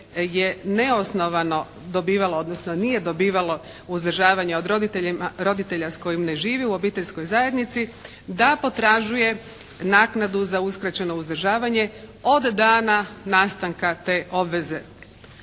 je neosnovano dobivalo odnosno nije dobivalo uzdržavanje od roditelja s kojim ne živi obiteljskoj zajednici da potražuje naknadu za uskraćeno uzdržavanje od dana nastanka te obveze